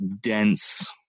dense